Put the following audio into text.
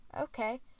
okay